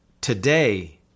today